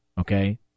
Okay